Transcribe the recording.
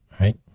right